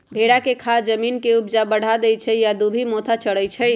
भेड़ा के खाद जमीन के ऊपजा बढ़ा देहइ आ इ दुभि मोथा चरै छइ